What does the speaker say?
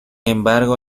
embargo